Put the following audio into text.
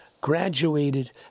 graduated